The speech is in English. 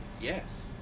yes